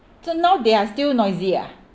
so now they are still noisy ah